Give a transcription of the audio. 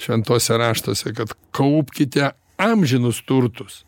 šventuose raštuose kad kaupkite amžinus turtus